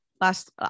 Last